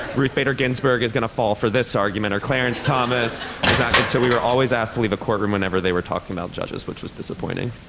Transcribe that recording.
ruth bader ginsberg is going to fall for this argument or, clarence thomas is not, and so we were always asked to leave a courtroom whenever they were talking about judges, which was disappointing.